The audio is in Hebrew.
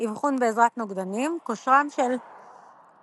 אבחון בעזרת נוגדנים - כושרם של הנוגדנים